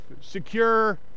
secure